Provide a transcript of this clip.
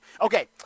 Okay